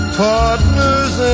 partners